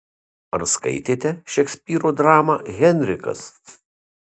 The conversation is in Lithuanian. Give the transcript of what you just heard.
ar skaitėte šekspyro dramą henrikas